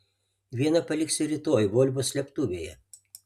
vieną paliksiu rytoj volvo slėptuvėje